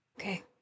Okay